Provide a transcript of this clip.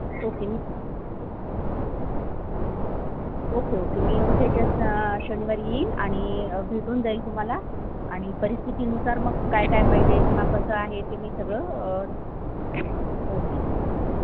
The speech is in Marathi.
ओके ओके ओके मी उद्याच्या शनिवारी येईल आणि भेटून जाईल तुम्हाला आणि परिस्थितीनुसार मग काय काय पाहिजे किंवा कसं आहे ते मी सगळं ओके